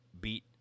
beat